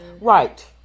right